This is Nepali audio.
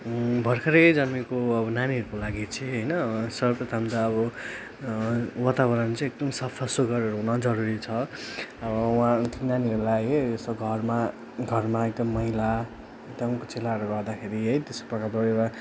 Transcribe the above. भर्खरै जन्मेको अब नानीहरूको लागि चाहिँ होइन सर्वप्रथम त अब वातावरण चाहिँ एकदम सफासुग्घर हुन जरुरी छ अब उहाँ नानीहरूलाई है यसो घरमा घरमा एकदम मैला एकदम कुचेलाहरू गर्दाखेरि है त्यस्तै प्रकार प्रकार एउटा